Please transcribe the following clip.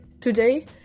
today